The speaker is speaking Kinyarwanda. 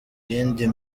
yindi